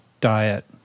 diet